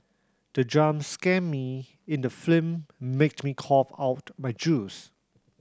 the jump scare me in the film made me cough out my juice